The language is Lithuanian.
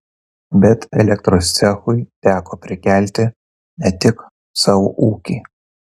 bet elektros cechui teko prikelti ne tik savo ūkį